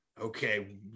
okay